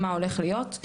מה הולך להיות?